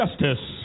justice